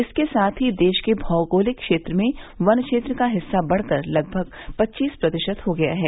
इसके साथ ही देश के भौगोलिक क्षेत्र में वन क्षेत्र का हिस्सा बढ़कर लगभग पच्चीस प्रतिशत हो गया है